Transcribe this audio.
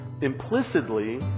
implicitly